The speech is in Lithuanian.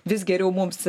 vis geriau mums